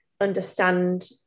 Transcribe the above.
understand